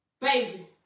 Baby